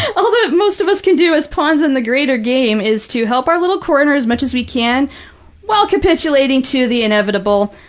all that most of us can do as pawns in the greater game is to help our little corner as much as we can while capitulating to the inevitable.